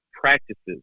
practices